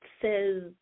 says